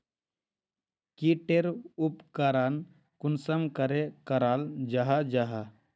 की टेर उपकरण कुंसम करे कराल जाहा जाहा?